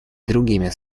другими